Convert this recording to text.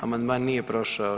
Amandman nije prošao.